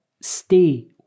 stay